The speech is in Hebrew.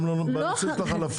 גם לא בנושא של החלפים.